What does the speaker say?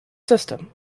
system